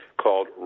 called